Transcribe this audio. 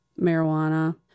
marijuana